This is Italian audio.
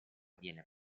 viene